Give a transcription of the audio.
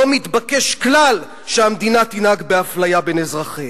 מתבקש כלל שהמדינה תנהג באפליה בין אזרחיה.